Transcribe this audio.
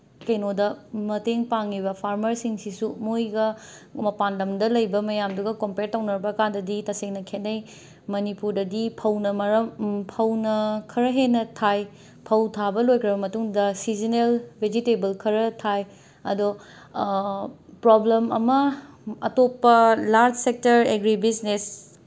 ꯀꯩꯅꯣꯗ ꯃꯇꯦꯡ ꯄꯥꯡꯉꯤ ꯐꯥꯔꯃꯔꯁꯤꯡꯁꯤꯁꯨ ꯃꯣꯏꯒ ꯃꯄꯥꯜꯂꯝꯗ ꯂꯩꯕ ꯃꯌꯥꯝꯗꯨꯒ ꯀꯣꯝꯄꯦꯌꯔ ꯇꯧꯅꯕ ꯀꯥꯟꯗꯗꯤ ꯇꯁꯦꯡꯅ ꯈꯦꯠꯅꯩ ꯃꯅꯤꯄꯨꯔꯗꯗꯤ ꯐꯧꯅ ꯃꯔꯝ ꯐꯧꯅ ꯈꯔ ꯍꯦꯟꯅ ꯊꯥꯏ ꯐꯧ ꯊꯥꯕ ꯂꯣꯏꯈ꯭ꯔꯕ ꯃꯇꯨꯡꯗ ꯁꯤꯖꯤꯅꯦꯜ ꯚꯤꯖꯤꯇꯦꯕꯜ ꯈꯔ ꯊꯥꯏ ꯑꯗꯣ ꯄ꯭ꯔꯣꯕ꯭ꯂꯦꯝ ꯑꯃ ꯑꯇꯣꯞꯄ ꯂꯥꯔꯖ ꯁꯦꯛꯇꯔ ꯑꯦꯒ꯭ꯔꯤ ꯕꯤꯁꯅꯦꯁ